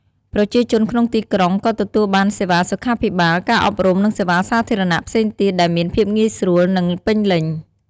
ប្រជាជនក្នុងទីក្រុងក៏ទទួលបានសេវាសុខាភិបាល ការអប់រំ និងសេវាសាធារណៈផ្សេងទៀតដែលមានភាពងាយស្រួល និងពេញលេញ។